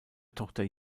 tochter